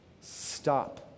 stop